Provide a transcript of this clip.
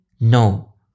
No